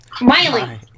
Miley